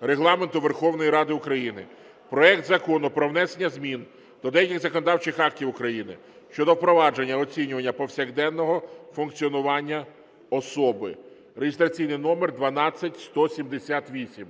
Регламенту Верховної Ради України проект Закону про внесення змін до деяких законодавчих актів України щодо впровадження оцінювання повсякденного функціонування особи (реєстраційний номер 12178).